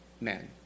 men